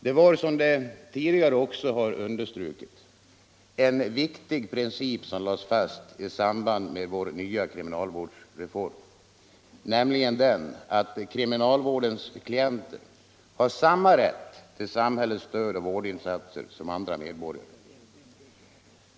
Det var, som tidigare understrukits, en viktig princip som lades fast i samband med vår nya kriminalvårdsreform, nämligen att kriminalvårdens klienter har samma rätt till samhällets stöd och vårdinsatser som andra medborgare.